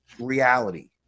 reality